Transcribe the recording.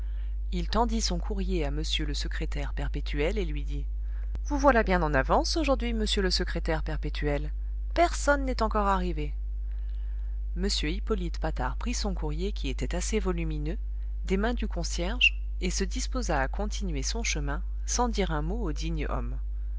il tendit son courrier à m le secrétaire perpétuel et lui dit vous voilà bien en avance aujourd'hui monsieur le secrétaire perpétuel personne n'est encore arrivé m hippolyte patard prit son courrier qui était assez volumineux des mains du concierge et se disposa à continuer son chemin sans dire un mot au digne homme